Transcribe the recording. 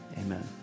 amen